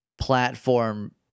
platform